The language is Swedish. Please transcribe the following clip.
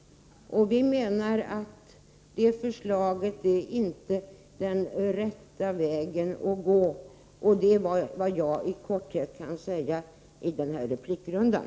Vi menar att hennes förslag inte är den rätta vägen att gå. Det är vad jag i korthet kan säga i den här replikrundan.